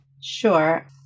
Sure